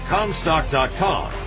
Comstock.com